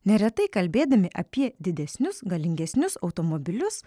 neretai kalbėdami apie didesnius galingesnius automobilius